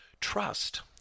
trust